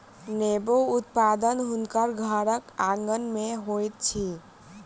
नेबो उत्पादन हुनकर घरक आँगन में होइत अछि